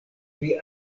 pri